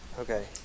Okay